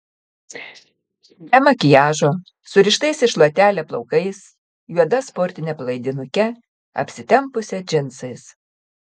be makiažo surištais į šluotelę plaukais juoda sportine palaidinuke apsitempusią džinsais